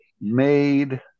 made